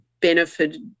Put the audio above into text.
benefited